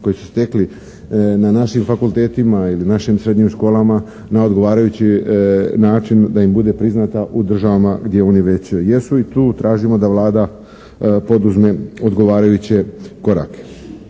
koju su stekli na našim fakultetima ili našim srednjim školama na odgovarajući način da im bude priznata u državama gdje oni već jesu. I tu tražimo da Vlada poduzme odgovarajuće korake.